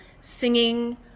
singing